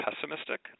pessimistic